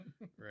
Right